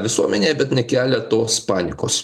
visuomenėje bet nekelia tos panikos